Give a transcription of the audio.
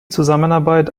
zusammenarbeit